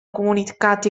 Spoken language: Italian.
comunicati